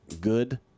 good